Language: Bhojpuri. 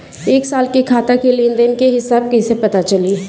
एक साल के खाता के लेन देन के हिसाब कइसे पता चली?